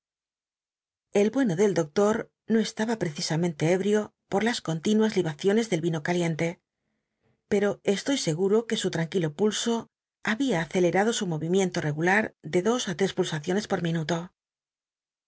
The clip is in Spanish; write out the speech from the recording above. el bueno del doctor no estaba ptecisnmcntc ébtio jlo l las continuas libaciones del vino caliente pcto estoy seguro que su tl'llnquilo pulso babia acelerado su mol'imienlo tcgular do dos á tres expulsaron por minuto